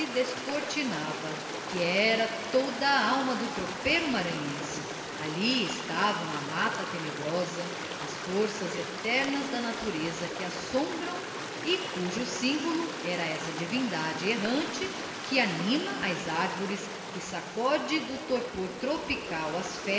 descortinava que era toda a alma do tropeiro maranhense alli estavam amatta tenebrosa as forças eternas da natureza que assombram e cujo symbolo era essa divmdade errante que anima as arvores que sacode do torpor tropical